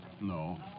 No